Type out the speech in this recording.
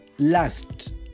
Last